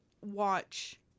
watch